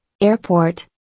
Airport